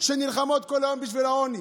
שנלחמות כל היום בעוני,